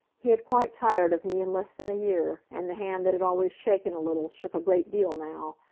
he had quite tired of me in less than a year, and the hand that had always shaken a little shook a great deal now,